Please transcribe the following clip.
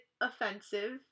offensive